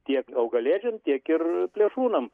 tiek augalėdžiam tiek ir plėšrūnam